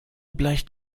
bleicht